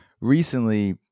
Recently